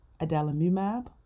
Adalimumab